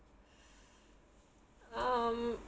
um